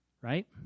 right